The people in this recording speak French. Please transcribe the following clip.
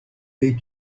les